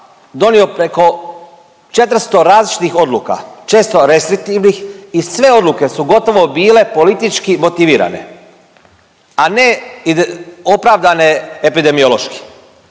donio preko 400 različitih odluka često restriktivnih. I sve odluke su gotovo bile politički motivirane, a ne opravdane epidemiološki.